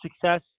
success